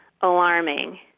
alarming